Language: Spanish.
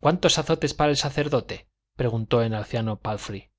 cuántos azotes para el sacerdote preguntó el anciano pálfrey